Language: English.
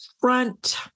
front